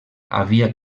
havia